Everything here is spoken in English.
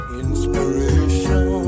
inspiration